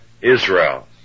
Israel